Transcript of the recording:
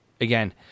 again